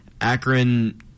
Akron